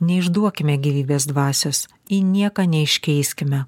neišduokime gyvybės dvasios į nieką neiškeiskime